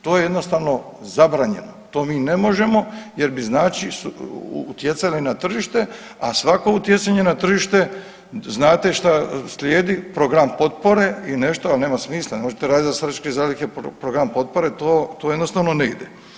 To je jednostavno zabranjeno, to mi ne možemo jer bi znači utjecali na tržište, a svako utjecanje na tržište znate šta slijedi program potpore i nešto, ali nema smisla ne možete raditi za strateške zalihe program potpore, to, to jednostavno ne ide.